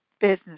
Business